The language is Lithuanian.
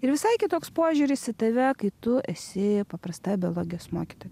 ir visai kitoks požiūris į tave kai tu esi paprasta biologijos mokytoja